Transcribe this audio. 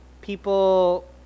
people